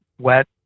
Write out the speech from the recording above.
wet